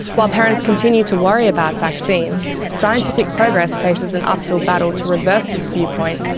while parents continue to worry about vaccines, scientific progress faces an uphill battle to reverse this view point,